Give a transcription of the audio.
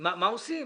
מה עושים?